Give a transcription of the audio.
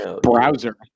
browser